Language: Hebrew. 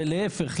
ולהפך,